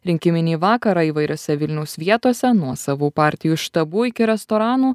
rinkiminį vakarą įvairiose vilniaus vietose nuo savų partijų štabų iki restoranų